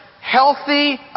healthy